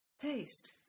taste